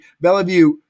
bellevue